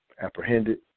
apprehended